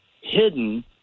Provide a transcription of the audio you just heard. hidden